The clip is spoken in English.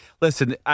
Listen